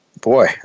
Boy